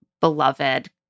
beloved